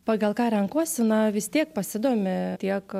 pagal ką renkuosi na vis tiek pasidomi tiek